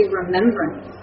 remembrance